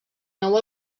nou